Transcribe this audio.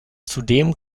zudem